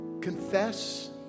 confess